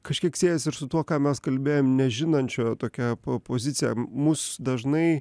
kažkiek siejasi ir su tuo ką mes kalbėjom nežinančiojo tokia pozicija mus dažnai